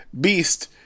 Beast